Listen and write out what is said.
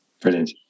brilliant